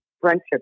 friendship